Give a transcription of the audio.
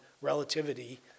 relativity